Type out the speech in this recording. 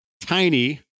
Tiny